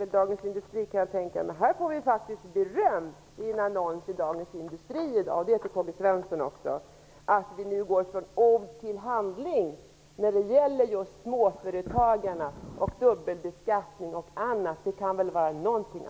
Vi kan i dag konstatera att vi faktiskt får beröm i en annons i Dagens Industri i dag för att vi nu går från ord till handling när det gäller just småföretagarna och dubbelbeskattningen och annat enligt ett papper som jag just fick från Sverre Palm.